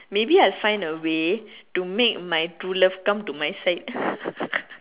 maybe I find a way to make my true love come to my side